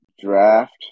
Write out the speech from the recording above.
draft